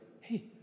hey